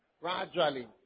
Gradually